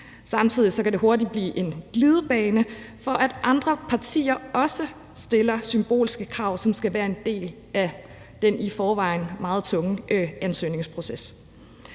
Samtidig kan det hurtigt blive en glidebane for, at andre partier også stiller symbolske krav, som skal være en del af den i forvejen meget tunge ansøgningsproces.